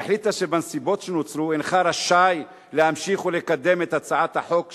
החליטה שבנסיבות שנוצרו הינך רשאי להמשיך ולקדם את הצעת החוק שהגשת,